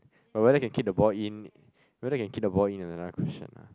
but whether can kick the ball in whether can kick the ball in another question lah